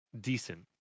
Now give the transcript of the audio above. decent